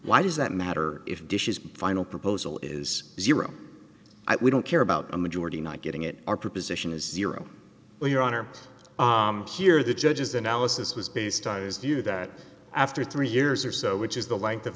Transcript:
why does that matter if dishes final proposal is zero we don't care about a majority not getting it our position is zero well your honor here the judges analysis was based on as do you that after three years or so which is the length of